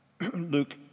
Luke